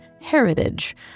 heritage